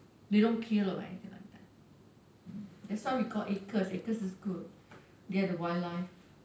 they don't kill or anything like that that's why we call ACRES ACRES is good they are the wildlife